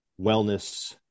wellness